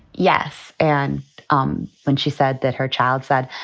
yes. and um then she said that her child said,